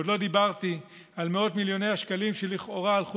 ועוד לא דיברתי על מאות מיליוני השקלים שלכאורה הלכו